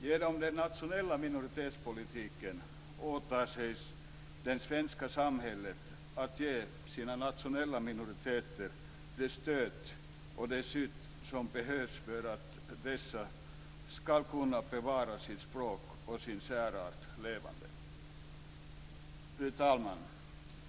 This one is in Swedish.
Genom den nationella minoritetspolitiken åtar sig det svenska samhället att ge sina nationella minoriteter det stöd och det skydd som behövs för att dessa ska kunna bevara sitt språk och sin särart levande. Fru talman!